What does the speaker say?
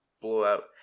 Blowout